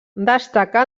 destacà